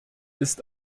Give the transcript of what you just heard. ist